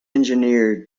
engineer